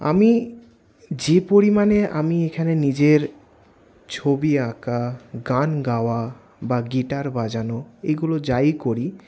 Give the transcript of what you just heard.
আমি যে পরিমাণে আমি এখানে নিজের ছবি আঁকা গান গাওয়া বা গিটার বাজানো এইগুলো যাই করি